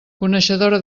coneixedora